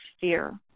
fear